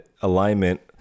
alignment